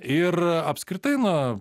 ir apskritai na